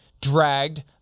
dragged